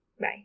Bye